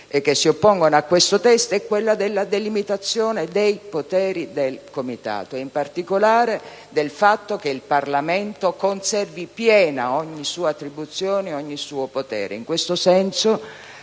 che si oppongono a questo testo è quello della delimitazione dei poteri del Comitato e, in particolare, della necessità che il Parlamento conservi piena ogni sua attribuzione, ogni suo potere.